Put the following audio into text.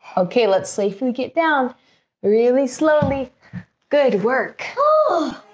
okay, let's safely get down really slowly good work